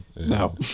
No